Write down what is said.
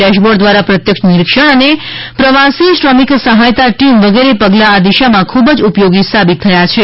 dashboard દ્વારા પ્રત્યક્ષ નિરીક્ષણ અને પ્રવાસી શ્રમિક સહાયતા ટિમ વગેરે પગલાં આ દિશામાં ખુબજ ઉપયોગી સાબિત થયા છે